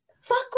fuck